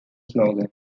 slogan